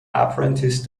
apprentice